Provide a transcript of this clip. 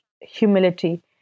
humility